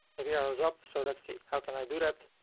maybe arrows up, so let's see, how can i do that?